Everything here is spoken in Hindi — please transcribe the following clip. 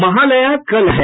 महालया कल है